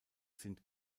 sind